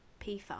P5